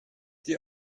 die